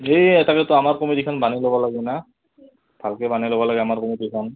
সেই তাকেতো আমাৰ কমিটিখন বান্ধি ল'ব লাগে না ভালকৈ বান্ধি ল'ব লাগে আমাৰ কমিটিখন